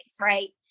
right